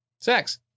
Sex